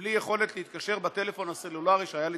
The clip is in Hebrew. בלי יכולת להתקשר בטלפון הסלולרי שהיה לצידי.